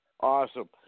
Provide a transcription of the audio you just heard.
Awesome